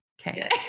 Okay